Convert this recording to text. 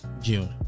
June